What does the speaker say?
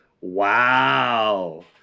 Wow